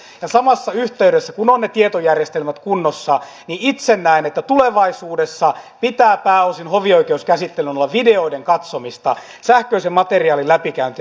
ja samassa yhteydessä kun on ne tietojärjestelmät kunnossa itse näen että tulevaisuudessa pitää hovioikeuskäsittelyn olla pääosin videoiden katsomista sähköisen materiaalin läpikäyntiä